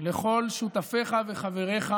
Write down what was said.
לכל שותפיך וחבריך